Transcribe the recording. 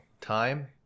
time